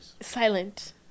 Silent